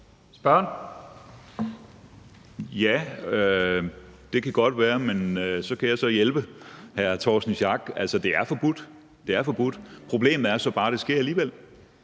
Det kan godt være, men så kan jeg så hjælpe hr. Torsten Schack Pedersen. Altså, det er forbudt – det er forbudt. Problemet er bare, at det sker alligevel,